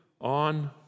on